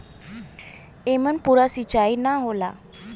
एमन पूरा सींचाई ना होला